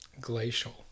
Glacial